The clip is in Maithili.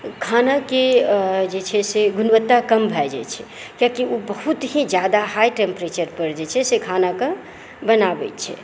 खानाके जे छै से गुणवत्ता कम भए जाय छै कियाकि ओ बहुत ही जादा हाई टेम्परेचर पर जे छै से खाना के बनाबैत छै